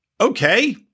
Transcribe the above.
Okay